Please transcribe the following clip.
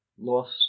lost